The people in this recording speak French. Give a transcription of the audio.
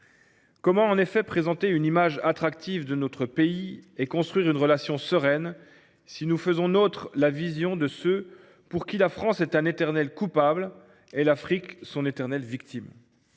Comment en effet présenter une image attractive de notre pays et construire une relation sereine si nous faisons nôtre la vision de ceux pour qui la France est une éternelle coupable et l’Afrique son éternelle victime ?